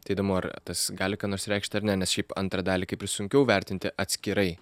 tai įdomu ar tas gali ką nors reikšti ar ne nes šiaip antrą dalį kaip ir sunkiau vertinti atskirai